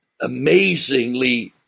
amazingly